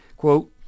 Quote